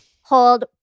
Hold